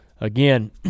again